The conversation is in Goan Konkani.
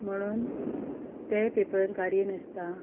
म्हणून तेय पेपर गाडयेन आसता